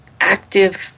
active